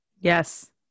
Yes